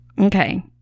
Okay